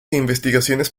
investigaciones